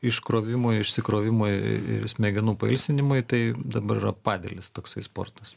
iškrovimui išsikrovimui ir smegenų pailsinimui tai dabar yra padelis toksai sportas